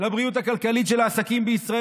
לבריאות הכלכלית של העסקים בישראל,